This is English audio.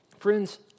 Friends